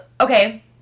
okay